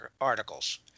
articles